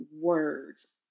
words